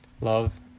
Love